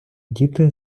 діти